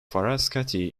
frascati